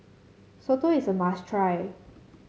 Soto is a must try